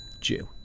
Jew